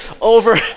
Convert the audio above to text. over